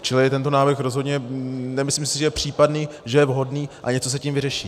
Čili tento návrh, rozhodně si nemyslím, že je případný, že je vhodný a něco se tím vyřeší.